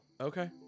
okay